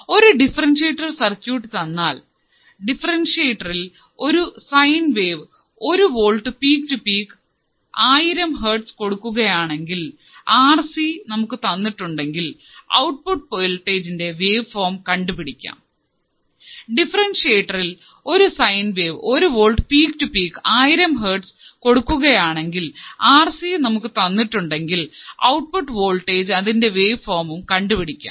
ഒരു differentiator circuit തന്നാൽ ഡിഫറെൻഷ്യറ്ററിൽ ഒരു സൈൻ വേവ് ഒരു വോൾട് പീക്ക് ടു പീക്ക് ആയിരം ഹെർട്സ് കൊടുക്കുക ആണെങ്കിൽ ആർ സി നമുക്ക് തന്നിട്ടുണ്ടെങ്കിൽ ഔട്ട്പുട്ട് വോൾടേജിന്റെ വേവ്ഫോമും കണ്ടുപിടിക്കാം